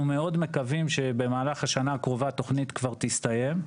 אנחנו מאוד מקווים שבמהלך השנה הקרובה התוכנית כבר תסתיים.